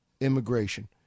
immigration